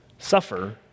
Suffer